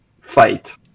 fight